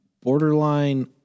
borderline